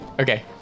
okay